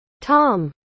Tom